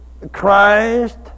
Christ